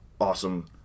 awesome